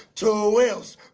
two um wheels